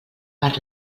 per